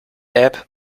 app